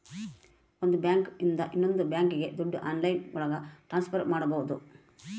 ಒಂದ್ ಬ್ಯಾಂಕ್ ಇಂದ ಇನ್ನೊಂದ್ ಬ್ಯಾಂಕ್ಗೆ ದುಡ್ಡು ಆನ್ಲೈನ್ ಒಳಗ ಟ್ರಾನ್ಸ್ಫರ್ ಮಾಡ್ಬೋದು